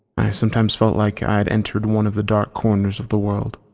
sometimes felt like i'd entered one of the darker corners of the world.